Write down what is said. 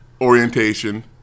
orientation